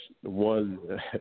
one